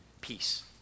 peace